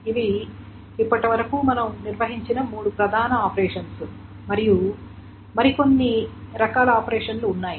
ఇవి ఇప్పటివరకు మనం నిర్వహించిన మూడు ప్రధాన ఆపరేషన్స్ మరికొన్ని రకాల ఆపరేషన్లు ఉన్నాయి